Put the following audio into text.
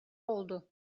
oldu